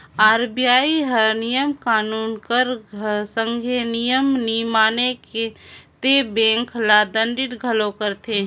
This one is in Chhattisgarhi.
आर.बी.आई हर नियम कानून कर संघे नियम नी माने ते बेंक ल दंडित घलो करथे